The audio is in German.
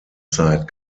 zeit